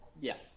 yes